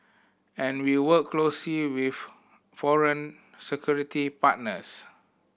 and we work closely with foreign security partners